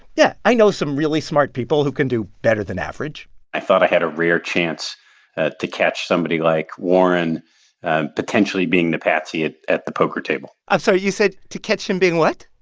yeah, i know some really smart people who can do better than average i thought i had a rare chance ah to catch somebody like warren potentially being the patsy at at the poker table i'm sorry. so you said to catch him being what?